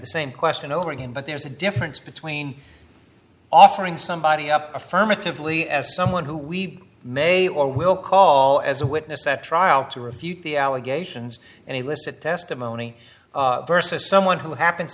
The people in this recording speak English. the same question over again but there's a difference between offering somebody up affirmatively as someone who we may or will call as a witness at trial to refute the allegations and elicit testimony versus someone who happens